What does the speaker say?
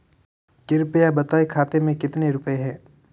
कृपया बताएं खाते में कितने रुपए हैं?